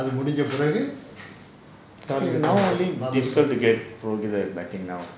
now only difficult to get I think now